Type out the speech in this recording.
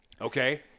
Okay